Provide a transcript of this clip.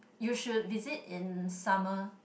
you should visit in summer